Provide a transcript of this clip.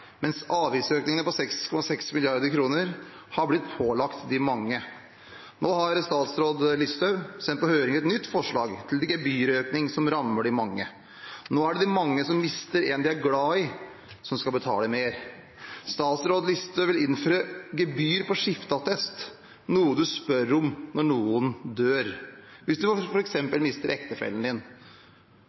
mens avgiftsøkningene på 6,6 mrd. kr har blitt pålagt de mange. Nå har statsråd Listhaug sendt på høring et nytt forslag til en gebyrøkning som rammer de mange. Nå er det de mange som mister en de er glad i, som skal betale mer. Statsråd Listhaug vil innføre gebyr på skifteattest – noe man spør om når noen dør. Hvis man f.eks. mister ektefellen